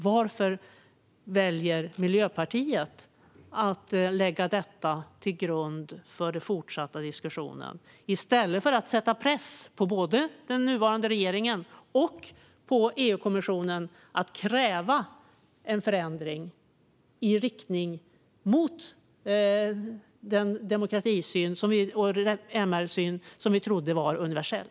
Varför väljer Miljöpartiet att lägga detta till grund för den fortsatta diskussionen, i stället för att sätta press på både den nuvarande regeringen och EU-kommissionen att kräva en förändring i riktning mot den demokratisyn och MR-syn som vi trodde var universell?